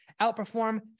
outperform